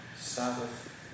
Sabbath